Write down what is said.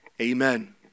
Amen